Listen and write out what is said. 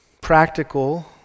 practical